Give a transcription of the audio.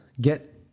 get